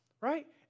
right